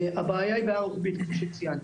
הבעיה היא בעיה רוחבית, כפי שציינתי.